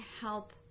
help